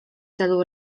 celu